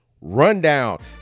rundown